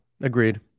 agreed